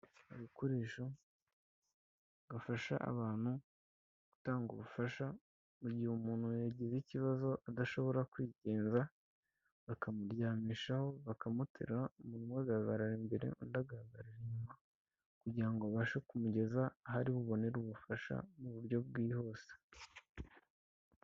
Agakoresho gafasha abantu gutanga ubufasha mu gihe umuntu yagize ikibazo adashobora kwigenza, bakamuryamishaho bakamuterura, umwe agahagarara imbere undi agahagara inyuma kugira ngo babashe kumugeza aho ari bubonere ubufasha mu buryo bwihuse.